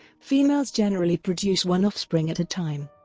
females generally produce one offspring at a time.